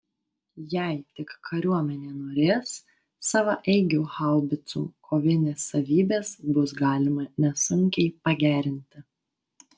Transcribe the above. jei tik kariuomenė norės savaeigių haubicų kovinės savybės bus galima nesunkiai pagerinti